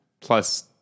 Plus